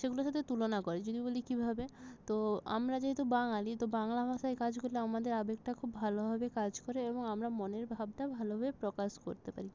সেগুলোর সাথে তুলনা করে যদি বলি কীভাবে তো আমরা যেহেতু বাঙালি তো বাংলা ভাষায় কাজ করলে আমাদের আবেগটা খুব ভালোভাবে কাজ করে এবং আমরা মনের ভাবটা ভালোভাবে প্রকাশ করতে পারি